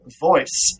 voice